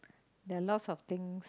there lots of things